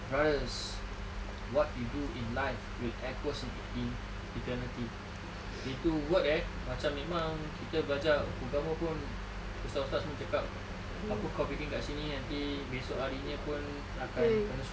brothers what you do in life will echo in eternity itu word eh macam memang kita belajar ugama pun ustaz-ustaz pun cakap apa kau bikin kat sini nanti besok harinya pun akan kena